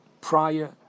prior